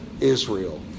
Israel